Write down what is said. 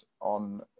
on